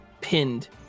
pinned